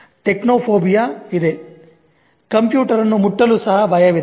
techno ಫೋಬಿಯ ಇದೆ ಕಂಪ್ಯೂಟರನ್ನು ಮುಟ್ಟಲೂ ಸಹ ಭಯವಿದೆ